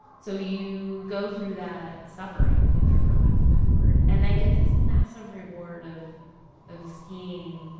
so you go through that suffering together, for lack of a better word, and then get this massive reward of of skiing.